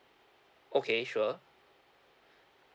okay sure